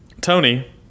tony